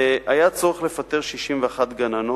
והיה צורך לפטר 61 גננות.